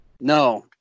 No